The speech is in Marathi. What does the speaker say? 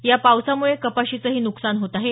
या पावसामुळे कपाशीचंही न्कसान होत आहे